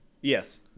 Yes